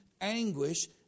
anguish